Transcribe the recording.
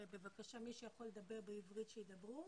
בבקשה מי שיכול לדבר בעברית שידברו.